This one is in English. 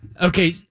Okay